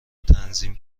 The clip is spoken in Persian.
تنظیم